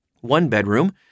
one-bedroom